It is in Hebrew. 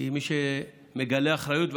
כי מי שמגלה אחריות,